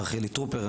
חילי טרופר,